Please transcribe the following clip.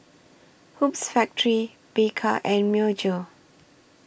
Hoops Factory Bika and Myojo